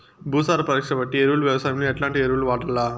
భూసార పరీక్ష బట్టి ఎరువులు వ్యవసాయంలో ఎట్లాంటి ఎరువులు వాడల్ల?